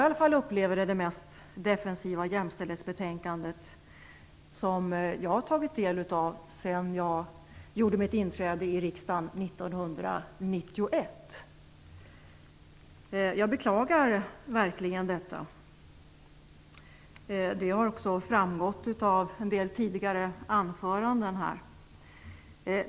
Jag upplever det som det mest defensiva jämställdhetsbetänkandet jag har tagit del av sedan jag inträdde i riksdagen 1991. Jag beklagar verkligen detta. Det har också framgått av en del tidigare anföranden.